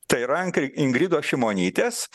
tai rankai ingridos šimonytės